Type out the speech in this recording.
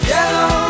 Yellow